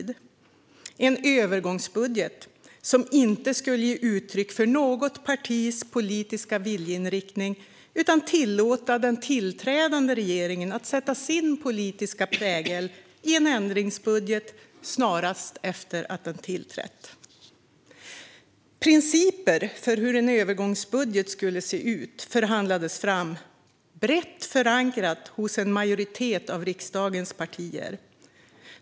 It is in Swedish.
Det är en övergångsbudget som inte ska ge uttryck för något partis politiska viljeinriktning utan tillåta den tillträdande regeringen att sätta sin politiska prägel i en ändringsbudget snarast efter att den tillträtt. Principer för hur en övergångsbudget skulle se ut förhandlades fram brett förankrat hos en majoritet av riksdagens partier.